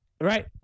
Right